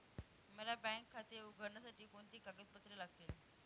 मला बँक खाते उघडण्यासाठी कोणती कागदपत्रे लागतील?